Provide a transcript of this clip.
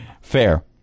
Fair